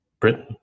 Britain